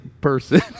person